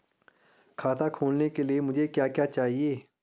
खाता खोलने के लिए मुझे क्या क्या चाहिए?